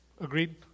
agreed